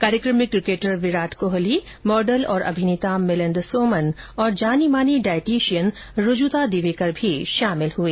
कार्यक्रम में cricketer Virat Kohli model और अभिनेता मिलिंद सोमन और जानी मानी डायटीशियन रूजुता दिवेकर भी शामिल हए